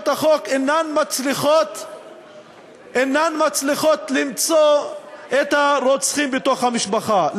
החוק אינן מצליחות למצוא את הרוצחים בתוך המשפחה.